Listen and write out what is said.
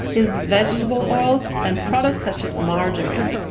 is vegetable oils and products such as margarine.